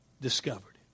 discovered